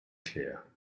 clear